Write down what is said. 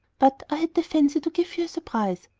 but i had the fancy to give you a surprise.